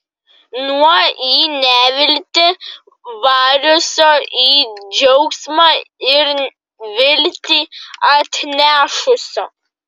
nuo į neviltį variusio į džiaugsmą ir viltį atnešusio